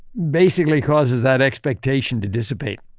basically causes that expectation to dissipate.